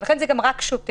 ולכן זה גם רק שוטר.